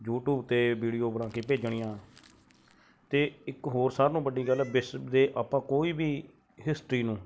YouTube 'ਤੇ video ਬਣਾ ਕੇ ਭੇਜਣੀਆਂ ਤੇ ਇੱਕ ਹੋਰ ਸਾਰਿਆਂ ਨਾਲੋਂ ਵੱਡੀ ਗੱਲ ਆ ਵਿਸ਼ਵ ਦੇ ਆਪਾਂ ਕੋਈ ਵੀ ਹਿਸਟਰੀ ਨੂੰ